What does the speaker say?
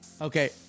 Okay